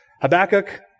Habakkuk